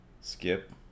Skip